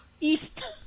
East